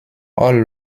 all